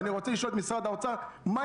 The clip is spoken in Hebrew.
ואני רוצה לשאול את משרד האוצר: מה